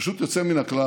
זה פשוט יוצא מן הכלל.